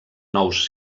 nous